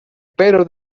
pedro